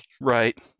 Right